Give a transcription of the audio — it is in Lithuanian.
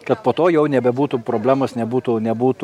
kad po to jau nebebūtų problemos nebūtų nebūtų